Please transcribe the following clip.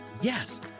Yes